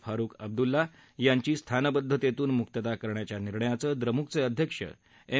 फारुख अब्दुल्ला यांची स्थानबद्धतद्वि मुकता करण्याच्या निर्णयाचं द्रमुकचविध्यक्ष एम